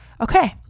okay